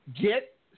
get